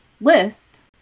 list